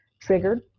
triggered